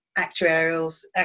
actuaries